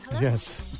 Yes